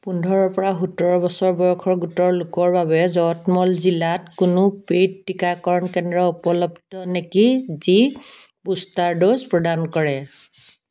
পোন্ধৰৰ পৰা সোতৰ বছৰ বয়সৰ গোটৰ লোকৰ বাবে যৱতমল জিলাত কোনো পেইড টীকাকৰণ কেন্দ্ৰ উপলব্ধ নেকি যি বুষ্টাৰ ড'জ প্ৰদান কৰে